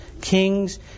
kings